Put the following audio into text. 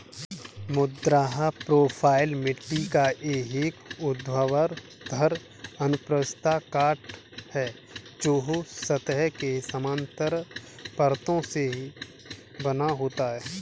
मृदा प्रोफ़ाइल मिट्टी का एक ऊर्ध्वाधर अनुप्रस्थ काट है, जो सतह के समानांतर परतों से बना होता है